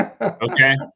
Okay